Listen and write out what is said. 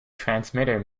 transmitter